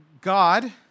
God